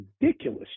ridiculous